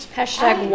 Hashtag